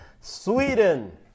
Sweden